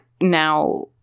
now